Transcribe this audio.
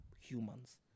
humans